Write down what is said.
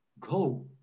Go